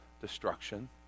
destruction